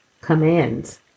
commands